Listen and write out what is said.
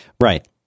Right